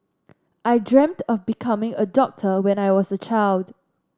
I dreamt of becoming a doctor when I was child